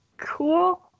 cool